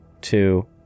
two